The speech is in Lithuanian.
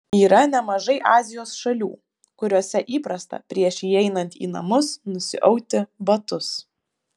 yra nemažai azijos šalių kuriose įprasta prieš įeinant į namus nusiauti batus